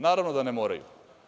Naravno da ne moraju.